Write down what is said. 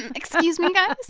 excuse me, guys?